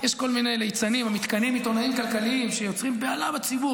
יש כל מיני ליצנים המתכנים "עיתונאים כלכליים" שיוצרים בהלה בציבור.